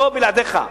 לא בלעדיך.